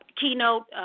keynote